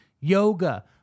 yoga